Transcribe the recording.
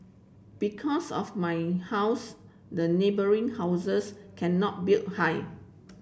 because of my house the neighbouring houses cannot build high